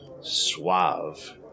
suave